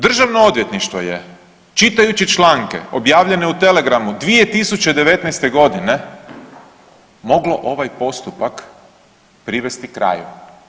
Državno odvjetništvo je čitajući članke objavljene u Telegramu 2019. godine moglo ovaj postupak privesti kraju.